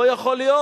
לא יכול להיות.